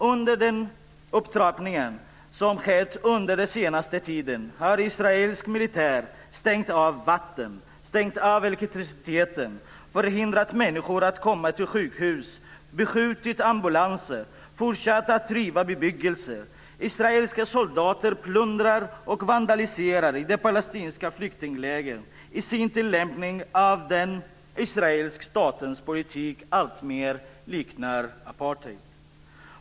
Under den upptrappning som skett under den senaste tiden har israelisk militär stängt av vatten, stängt av elektriciteten, förhindrat människor att komma till sjukhus, beskjutit ambulanser och fortsatt att riva bebyggelse. Israeliska soldater plundrar och vandaliserar i de palestinska flyktinglägren. I sin tillämpning är den israeliska statens politik alltmer lik apartheid.